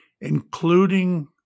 including